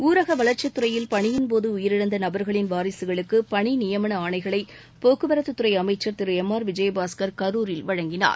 ஊரக வளர்ச்சித் துறையில் பணியின் போது உயிரிழந்த நபர்களின் வாரிசுகளுக்கு பணி நியமன ஆணைகளை போக்குவரத்துத்துறை அமைச்சர் திரு எம் ஆர் விஜயபாஸ்கர் கரூரில் வழங்கினார்